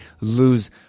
lose